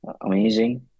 amazing